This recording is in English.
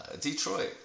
Detroit